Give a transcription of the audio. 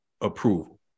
approval